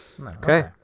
Okay